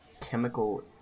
chemical